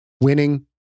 Winning